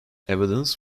evidence